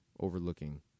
overlooking